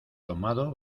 tomado